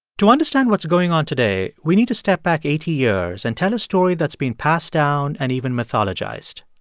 to understand what's going on today, we need to step back eighty years and tell a story that's been passed down and even mythologized.